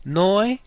noi